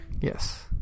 Yes